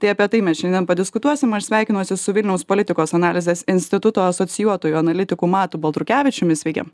tai apie tai mes šiandien padiskutuosim aš sveikinuosi su vilniaus politikos analizės instituto asocijuotųjų analitikų matu baltrukevičiumi sveiki